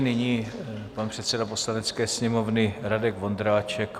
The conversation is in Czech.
Nyní předseda Poslanecké sněmovny Radek Vondráček.